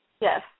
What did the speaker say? Yes